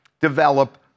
develop